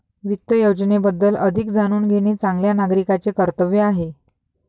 वित्त योजनेबद्दल अधिक जाणून घेणे चांगल्या नागरिकाचे कर्तव्य आहे